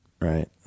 right